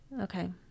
Okay